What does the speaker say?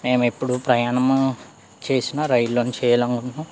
మేము ఎప్పుడు ప్రయాణము చేసిన రైలులో చేయాలని అనుకుంటున్నాం